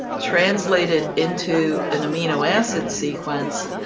translate it into an amino acid sequence,